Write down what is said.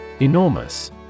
Enormous